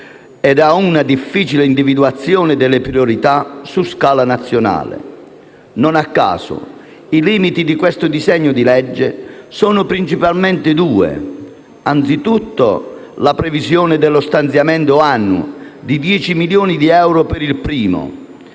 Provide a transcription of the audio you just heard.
e ad una difficile individuazione delle priorità su scala nazionale. Non a caso, i limiti del disegno di legge in esame, sono principalmente due: anzitutto, la previsione dello stanziamento annuo (10 milioni di euro per il primo